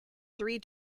three